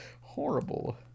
horrible